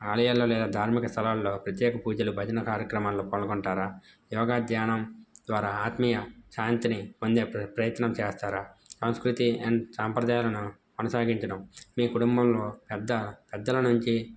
ఆలయాల్లో లేదా ధార్మిక స్థలాల్లో ప్రత్యేక పూజలు భజన కార్యక్రమాల్లో పాల్గొంటారా యోగా ధ్యానం ద్వారా ఆత్మీయ శాంతిని పొందే ప్ర ప్రయత్నం చేస్తారా సంస్కృతి అండ్ సాంప్రదాయాలను కొనసాగించడం మీ కుటుంబంలో పెద్ద పెద్దల నుంచి